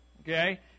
Okay